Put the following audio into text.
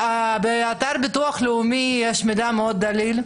באתר הביטוח הלאומי יש מידע מאוד דליל.